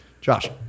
Josh